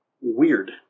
Weird